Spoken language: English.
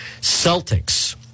celtics